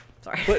Sorry